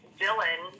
Dylan